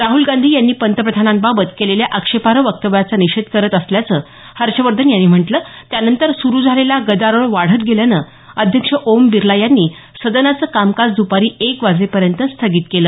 राहल गांधी यांनी पंतप्रधानांबाबत केलेल्या आक्षेपार्ह वक्तव्याचा निषेध करत असल्याचं हर्षवर्धन यांनी म्हटलं त्यानंतर सुरू झालेला गदारोळ वाढत गेल्यानं अध्यक्ष ओम बिर्ला यांनी सदनाचं कामकाज दुपारी एक वाजेपर्यंत स्थगित केलं